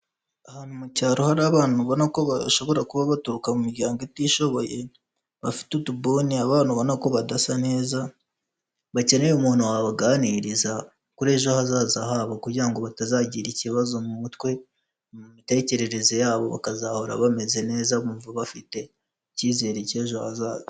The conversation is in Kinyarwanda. Ahantu mu cyaro hari abana ubona ko bashobora kuba baturuka mu miryango itishoboye, bafite utu buni. Abana ubona ko badasa neza bakeneye umuntu wabaganiriza kuri ejo hazaza habo kugira ngo batazagira ikibazo mu mutwe mu mitekerereze yabo bakazahora bameze neza bumva bafite icyizere cyejo hazaza.